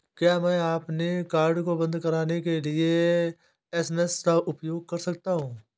क्या मैं अपने कार्ड को बंद कराने के लिए एस.एम.एस का उपयोग कर सकता हूँ?